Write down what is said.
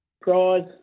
prize